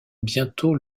bientôt